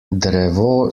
drevo